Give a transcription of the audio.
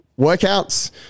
workouts